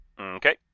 Okay